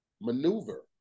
maneuver